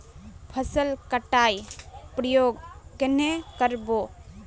फसल कटाई प्रयोग कन्हे कर बो?